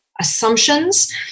assumptions